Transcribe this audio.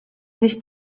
sich